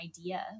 idea